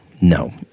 no